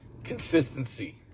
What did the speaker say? Consistency